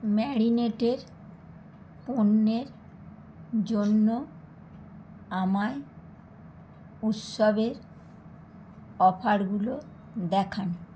ম্যারিনেটের পণ্যের জন্য আমায় উৎসবের অফারগুলো দেখান